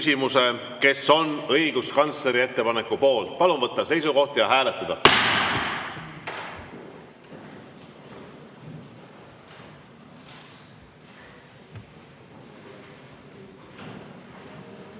kes on õiguskantsleri ettepaneku poolt. Palun võtta seisukoht ja hääletada!